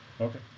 okay